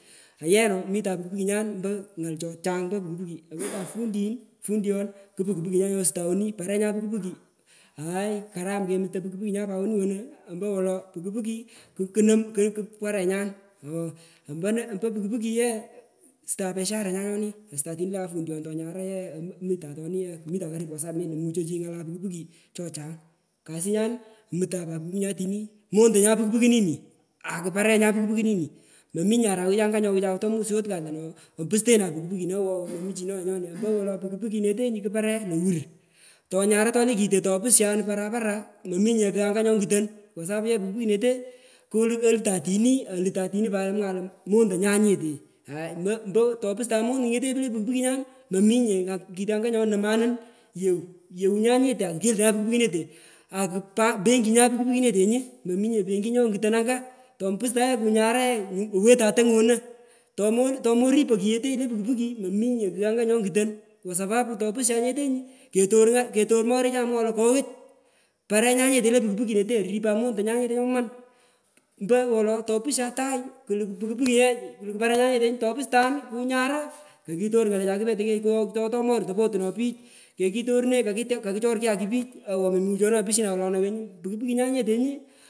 Kumung aa ye no mitan puki pukinyan ompo ngai chochang mpo puki puki owetan fundi fundion ku puki puki nyan nyosutanu woni parenyan puki puki aai karam kemutoi puki pukinyan pat woni wono mpogoolo puki puki kunom kuparenyan ooh ompone ku puki puki ye yighan posharenyan nyoni. Sutan puki pukinyan kapundion tonyara ye mitan toni ye melomuchoi nyala puki puki chochang kazinyan mutan pat pukinyan tini montonyan akupakenyan puki pukinini, mominye arawet anga nyomukai tomut chorikat lono opustena puki puki awo wo wo momuchinotnye ompowolo puki puki neto kapate lowur itonyara tole kite topushan parapara mominye kung anga nyonguton kwa sapu yr puki puki nete olutan tini pat amwaghan lo moktonyan nyete aai mpo tepustani monungete le puki pukinyan ngat kitanga nyonoma yew yewunyan nyete akukeltonyan puki puki nete akupa penginyan puki pukinetenyu mominye penyi nyonguton anga topustan ye kunyara yenyu owetan tongoi ono tomu tomoripo kuyete le puki puki mominye kugh anga nyonguton kwa sapapu topushai nyetenyu ketor morichai mwoghoi lo koghoch parenyan nyeto le puki pukineto ripan montunyan nyetu nyoman mpowolo topusha tai kuluku puki pukinya kuluku parenya nyetenyi topustan kunyara kokiton ngalechai kupetoi kekaghtotoi morun topoteno pich kokitor ne kakichor kyaki pich awo remuchononga pushina wolona konyu puki pukinyan nyetenyu.